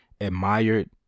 admired